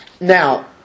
Now